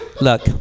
look